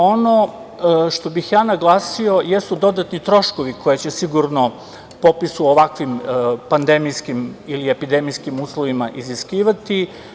Ono što bih naglasio jesu dodatni troškovi koje će sigurno popis u ovako pandemijskim ili epidemijskim uslovima iziskivati.